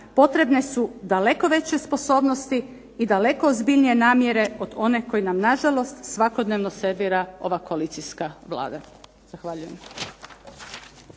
potrebne su daleko veće sposobnosti i daleko ozbiljnije namjere od onih koje nam nažalost svakodnevno servira ova koalicijska Vlada.